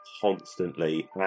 constantly